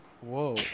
whoa